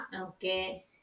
Okay